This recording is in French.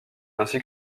ainsi